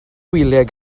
wyliau